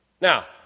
Now